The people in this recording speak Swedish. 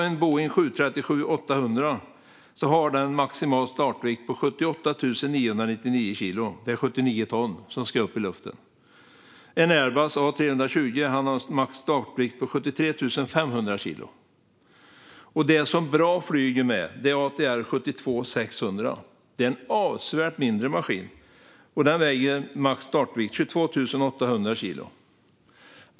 En Boeing 737-800 har en startvikt på max 78 999 kilo, 79 ton, som ska upp i luften. En Airbus A320 har en startvikt på max 73 500 kilo. Och det som BRA flyger med är ATR 72-600, en avsevärt mindre maskin med en startvikt på max 22 800 kilo.